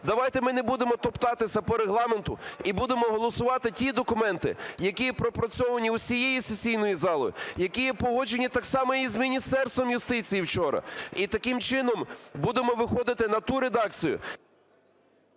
Давайте ми не будемо топтатися по Регламенту і будемо голосувати ті документи, які є пропрацьовані усією сесійною залою, які є погоджені так само і з Міністерством юстиції вчора, і таким чином будемо виходити на ту редакцію…